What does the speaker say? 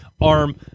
arm